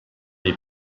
les